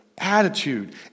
attitude